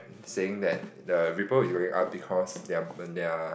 saying that the people you going out because they're when they're